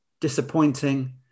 disappointing